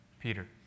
Peter